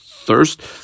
Thirst